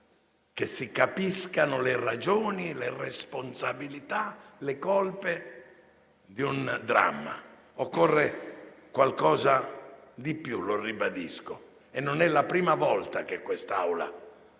che si capiscano le ragioni, le responsabilità, le colpe di un dramma: occorre qualcosa di più, lo ribadisco, e non è la prima volta che da quest'Aula